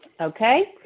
okay